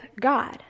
God